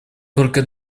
только